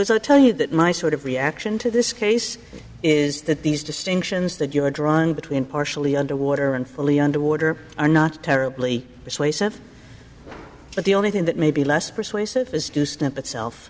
this i tell you that my sort of reaction to this case is that these distinctions that you're drawn between partially underwater and fully underwater are not terribly persuasive but the only thing that may be less persuasive is to stamp it self